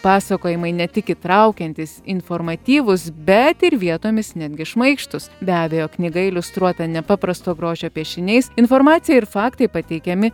pasakojimai ne tik įtraukiantys informatyvūs bet ir vietomis netgi šmaikštūs be abejo knyga iliustruota nepaprasto grožio piešiniais informacija ir faktai pateikiami